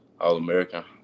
All-American